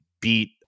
beat